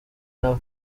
nawe